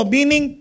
Meaning